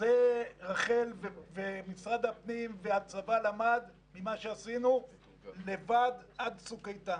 זה רח"ל ומשרד הפנים והצבא למדו ממה שעשינו לבד עד צוק איתן.